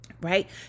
right